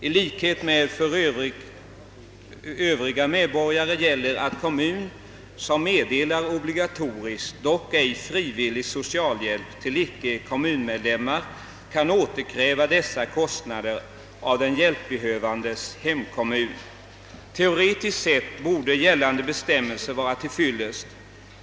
I likhet med bestämmelserna om socialhjälp till övriga medborgare gäller att kommun som meddelar obligatorisk — dock ej frivillig — so cialbjälp till icke-kommunmedlemmar kan återkräva dessa kostnader av den hjälpbehövandes hemkommun. Teoretiskt sett borde gällande bestämmelser vara till fyllest.